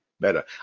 Better